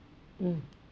mm